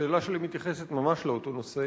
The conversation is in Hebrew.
השאלה שלי מתייחסת ממש לאותו נושא.